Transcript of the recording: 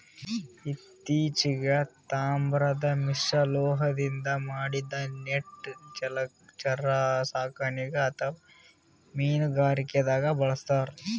ಇತ್ತಿಚೀಗ್ ತಾಮ್ರದ್ ಮಿಶ್ರಲೋಹದಿಂದ್ ಮಾಡಿದ್ದ್ ನೆಟ್ ಜಲಚರ ಸಾಕಣೆಗ್ ಅಥವಾ ಮೀನುಗಾರಿಕೆದಾಗ್ ಬಳಸ್ತಾರ್